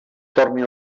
torni